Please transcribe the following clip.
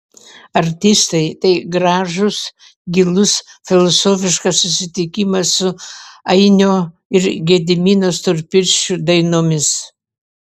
artistai tai gražus gilus filosofiškas susitikimas su ainio ir gedimino storpirščių dainomis